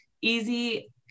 easy